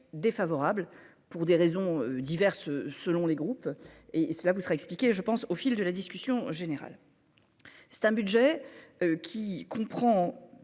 défavorable pour des raisons diverses selon les groupes, et cela vous sera expliqué, je pense au fil de la discussion générale, c'est un budget qui comprend